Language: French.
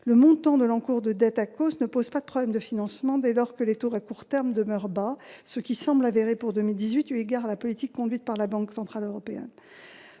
Le montant de l'encours de dette de l'ACOSS ne pose pas de problème de financement dès lors que les taux à court terme demeurent bas, ce qui sera visiblement le cas en 2018, eu égard à la politique conduite par la Banque centrale européenne.